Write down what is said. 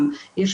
אם יש